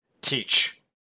teach